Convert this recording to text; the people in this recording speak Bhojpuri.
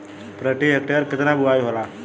प्रति हेक्टेयर केतना बुआई होला?